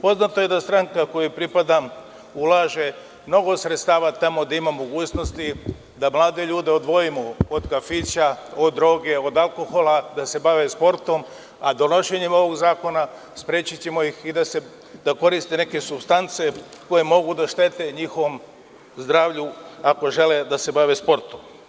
Poznato je da stranka kojoj pripadam ulaže mnogo sredstava tamo gde ima mogućnosti da mlade ljude odvojimo od kafića, od droge, od alkohola, da se bave sportom, a donošenjem ovog zakona sprečićemo ih da koriste neke supstance koje mogu da štete njihovom zdravlju ako žele da se bave sportom.